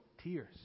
tears